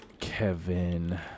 Kevin